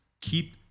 keep